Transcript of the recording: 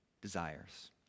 desires